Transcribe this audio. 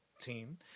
team